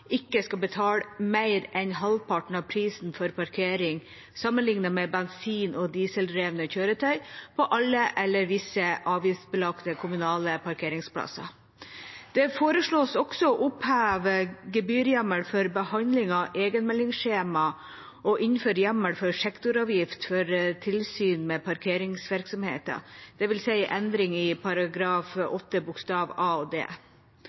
ikke skal betale mer enn halvparten av prisen for parkering, sammenlignet med bensin- og dieseldrevne kjøretøy på alle eller visse avgiftsbelagte kommunale parkeringsplasser. Det foreslås også å oppheve gebyrhjemmelen for behandling av egenmeldingsskjema og å innføre en hjemmel for sektoravgift for tilsyn med parkeringsvirksomheter. Det vil si endringer i § 8 a og d.